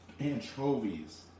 anchovies